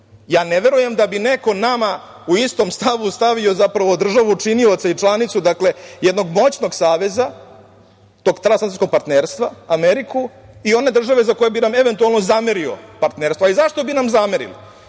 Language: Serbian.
verujem da bi neko nama u istom stavu stavio zapravo državu činilaca i članicu, jednog moćnog saveza, tog strateškog partnerstva, Ameriku i one države za koju bi nam eventualno zamerio partnerstva. Zašto bi nam zamerili?